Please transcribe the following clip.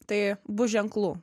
tai bus ženklų